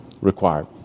required